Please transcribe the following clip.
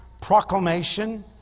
proclamation